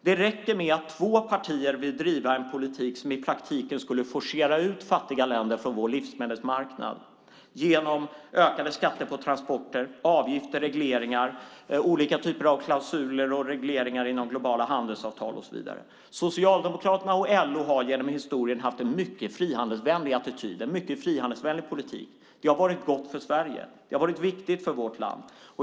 Det räcker att två partier vill driva en politik som i praktiken skulle tvinga bort fattiga länder från vår livsmedelsmarknad genom ökade skatter på transporter, avgifter och regleringar, olika typer av klausuler i globala handelsavtal och så vidare. Socialdemokraterna och LO har genom historien haft en mycket frihandelsvänlig attityd och politik. Det har varit gott och viktigt för Sverige.